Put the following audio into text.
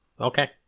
Okay